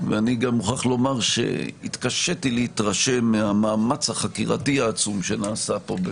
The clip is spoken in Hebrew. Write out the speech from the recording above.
ואני גם מוכרח לומר שהתקשיתי להתרשם מהמאמץ החקירתי העצום שנעשה פה,